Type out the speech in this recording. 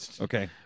Okay